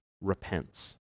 repents